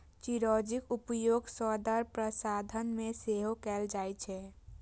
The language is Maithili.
चिरौंजीक उपयोग सौंदर्य प्रसाधन मे सेहो कैल जाइ छै